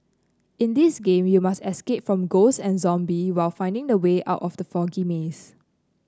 in this game you must escape from ghosts and zombie while finding the way out from the foggy maze